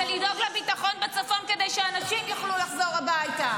זה לדאוג לביטחון בצפון כדי שאנשים יוכלו לחזור הביתה.